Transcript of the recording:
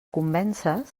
convèncer